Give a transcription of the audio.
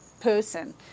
person